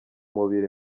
mubiri